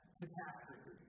catastrophe